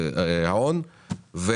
הרבה מאוד כסף לשוק ההון שהיו בתוך האג"ח